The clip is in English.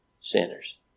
sinners